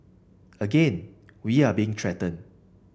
again we are being threatened